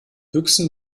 büchsen